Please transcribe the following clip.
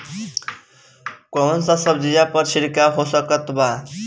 कौन सा सब्जियों पर छिड़काव हो सकत बा?